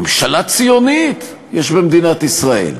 ממשלה ציונית יש במדינת ישראל,